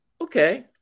Okay